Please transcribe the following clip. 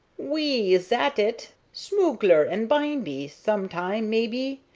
oui, zat it. smoogler, an' bimeby, some time, maybe,